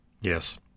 Yes